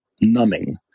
numbing